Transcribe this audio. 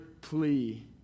plea